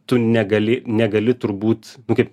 tu negali negali turbūt kaip